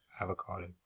avocado